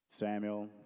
Samuel